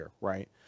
right